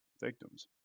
victims